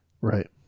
Right